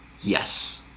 Yes